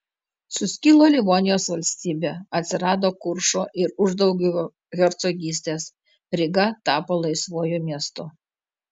suskilo livonijos valstybė atsirado kuršo ir uždauguvio hercogystės ryga tapo laisvuoju miestu